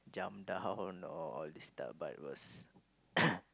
jump down or all these stuff but was